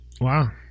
wow